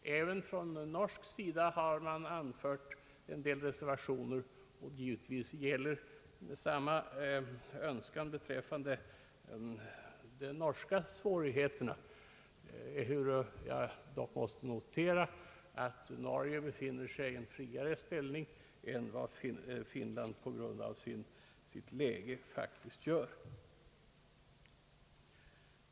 även från norsk sida har det anförts en del reservationer. Givetvis gäller samma önskan beträffande de norska svårigheterna, ehuru jag måste notera att Norge befinner sig i en friare ställning än vad Finland på grund av sitt läge faktiskt gör.